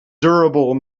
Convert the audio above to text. durable